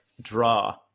draw